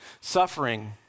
Suffering